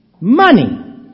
money